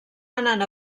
anant